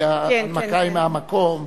כי ההנמקה היא מהמקום.